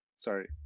Sorry